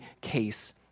case